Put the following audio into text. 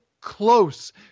close